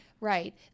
right